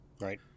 Right